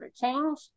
change